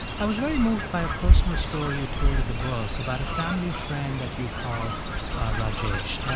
i was very moved by a personal story you told in the book about a family friend that you call rajesh.